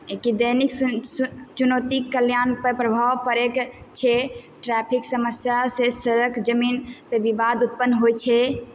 कि दैनिक चुनौती कल्याण पर प्रभाव पड़ैके छै ट्रैफिक समस्या से सड़क जमीन पे विवाद उत्पन्न होइ छै